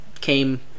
came